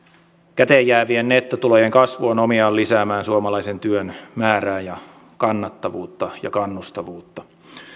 käteenjäävien nettotulojen kasvu on omiaan lisäämään suomalaisen työn määrää ja kannattavuutta ja kannustavuutta